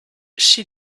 she